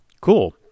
Cool